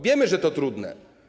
Wiemy, że to trudne.